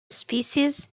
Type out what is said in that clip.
species